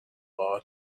law